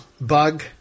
bug